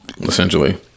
essentially